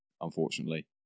unfortunately